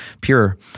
pure